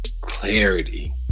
clarity